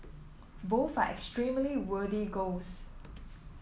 both are extremely worthy goals